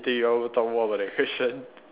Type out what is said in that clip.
K you want talk more about that question